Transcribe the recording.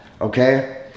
okay